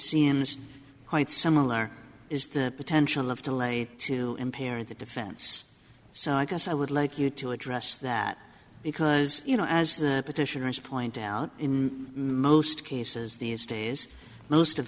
seems quite similar is the potential of to let to impair the defense so i guess i would like you to address that because you know as the petitioners point out in most cases these days most of